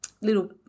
little